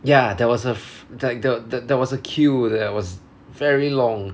ya there was a f~ like th~ th~ there was a queue there was very long